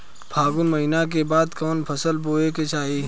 फागुन महीना के बाद कवन फसल बोए के चाही?